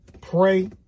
Pray